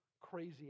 Crazy